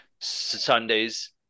Sundays